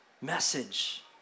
message